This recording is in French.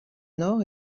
nord